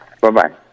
Bye-bye